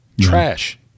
trash